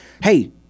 hey